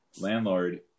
landlord